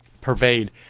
pervade